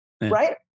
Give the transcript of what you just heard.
right